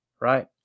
right